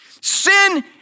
Sin